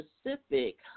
specific